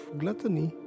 gluttony